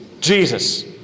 Jesus